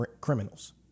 criminals